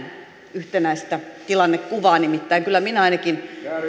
yhtenäistä tilannekuvaa nimittäin kyllä minä ainakin